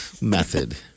method